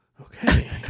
okay